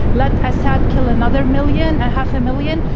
let assad kill another million, a half a million?